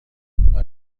بله